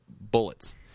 bullets